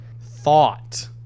thought